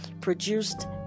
produced